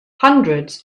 hundreds